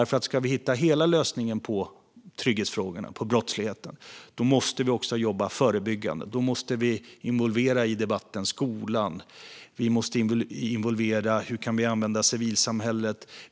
Ska vi hitta hela lösningen på trygghetsfrågorna och brottsligheten måste vi nämligen också jobba förebyggande. Då måste vi involvera både skolan och hur vi kan använda civilsamhället.